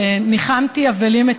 שאתמול ניחמתי אבלים,